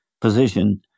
position